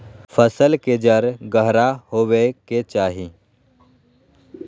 फसल के जड़ गहरा होबय के चाही